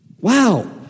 Wow